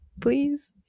Please